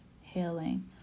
healing